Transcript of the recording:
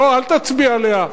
לא, אל תצביע עליה.